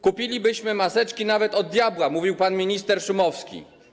Kupilibyśmy maseczki nawet od diabła - mówił pan minister Szumowski.